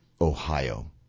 Ohio